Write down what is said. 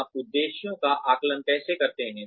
आप उद्देश्यों का आकलन कैसे करते हैं